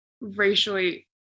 racially